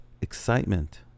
excitement